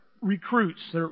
recruits